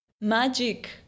magic